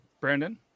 Brandon